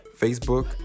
Facebook